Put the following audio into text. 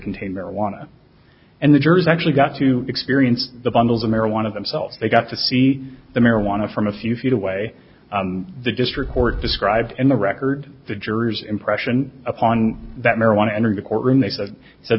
contain marijuana and the jurors actually got to experience the bundles of marijuana themselves they got to see the marijuana from a few feet away the district court described in the record the jurors impression upon that marijuana entering the courtroom they said